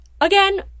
Again